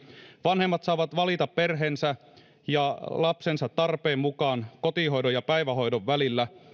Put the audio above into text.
vanhemmat saavat valita perheensä ja lapsensa tarpeen mukaan kotihoidon ja päivähoidon välillä